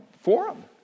Forum